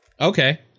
Okay